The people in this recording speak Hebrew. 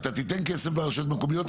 אתה תיתן כסף לרשויות מקומיות,